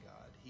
God